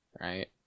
right